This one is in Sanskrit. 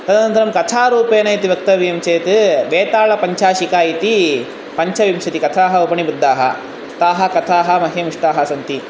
तदनन्तरं कथारूपेण इति वक्तव्यं चेद् वेतालपञ्चाशिका इति पञ्चविंशतिकथाः उपनिबद्धाः ताः कथाः मह्यम् इष्टाः सन्ति